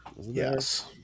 Yes